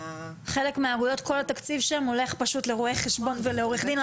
בחלק מהאגודות כל התקציב שם הולך לרואה חשבון ולעורך דין,